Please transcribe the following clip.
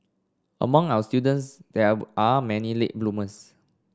among our students there were are many late bloomers